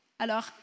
Alors